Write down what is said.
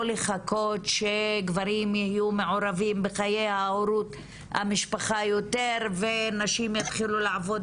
לחכות שגברים יהיו מעורבים בחיי ההורות ונשים יתחילו לעבוד